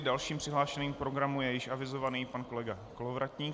Dalším přihlášeným k programu je již avizovaný kolega Kolovratník.